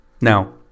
Now